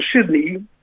Sydney